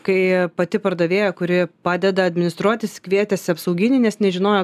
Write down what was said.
kai pati pardavėja kuri padeda administruotis kvietėsi apsauginį nes nežinojo